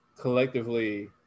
collectively